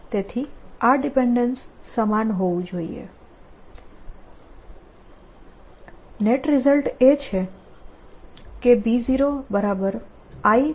તેથી આ ડિપેન્ડેન્સ સમાન હોવું જોઈએ